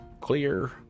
Clear